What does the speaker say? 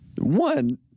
one